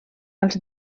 als